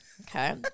Okay